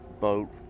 boat